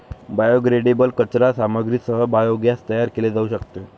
biodegradable कचरा सामग्रीसह biogas तयार केले जाऊ शकते